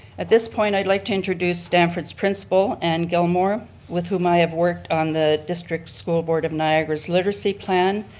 at this point i'd like to introduce stamford's principal ann gilmore with whom i have worked on the district school board of niagara's literacy plan.